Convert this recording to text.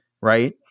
right